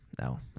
No